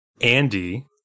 Andy